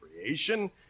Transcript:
creation